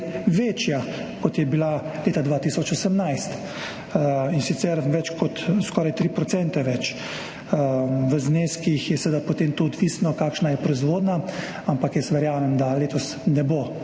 večja, kot je bila leta 2018, in sicer skoraj 3 % več. V zneskih je seveda potem to odvisno, kakšna je proizvodnja, ampak jaz verjamem, da letos ne bo